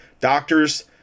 doctors